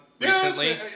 Recently